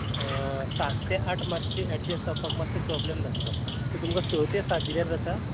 सात तें आठ मात्शें एडजस्ट जावपाक मात्सो प्रोब्लम जातलो सो तुमकां स ते सात दिल्यार जाता